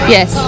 Yes